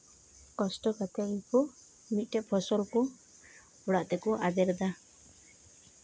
ᱠᱚᱥᱴᱚ ᱠᱟᱛᱮᱫ ᱜᱮᱠᱚ ᱢᱤᱫᱴᱮᱡ ᱯᱷᱚᱥᱚᱞ ᱠᱚ ᱚᱲᱟᱜ ᱛᱮᱠᱚ ᱟᱫᱮᱨᱫᱟ